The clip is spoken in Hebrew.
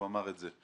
הוא אמר את זה,